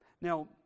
Now